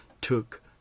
took